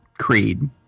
creed